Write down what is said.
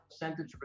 percentage